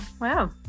Wow